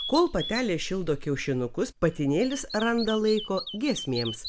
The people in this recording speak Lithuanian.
kol patelė šildo kiaušinukus patinėlis randa laiko giesmėms